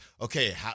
Okay